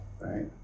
right